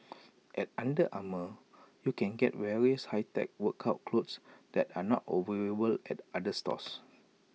at under Armour you can get various high tech workout clothes that are not available at other stores